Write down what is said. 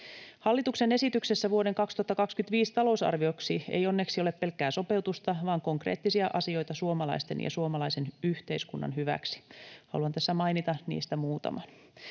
Hallituksen esityksessä vuoden 2025 talousarvioksi ei onneksi ole pelkkää sopeutusta, vaan konkreettisia asioita suomalaisten ja suomalaisen yhteiskunnan hyväksi. Haluan tässä mainita niistä muutaman.